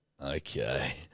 Okay